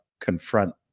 confront